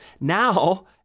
Now